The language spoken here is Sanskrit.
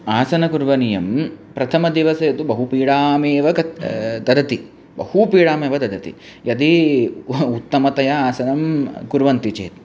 आसनं करणीयं प्रथमदिवसे तु बहु पीडामेव कत् ददाति बहु पीडामेव ददाति यदि उत्तमतया आसनं कुर्वन्ति चेत्